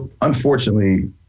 unfortunately